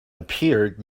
appeared